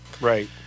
Right